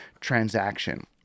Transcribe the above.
transaction